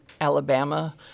Alabama